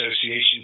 Association